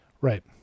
Right